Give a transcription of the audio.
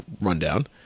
rundown